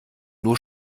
nur